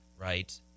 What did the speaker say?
right